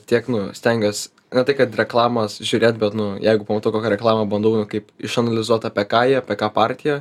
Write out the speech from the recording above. tiek nu stengiuos ne tai kad reklamas žiūrėt bet nu jeigu pamatau kokią reklamą bandau kaip išanalizuot apie ką jie apie ką partija